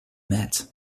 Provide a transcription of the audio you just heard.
met